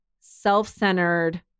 self-centered